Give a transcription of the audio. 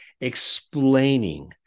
explaining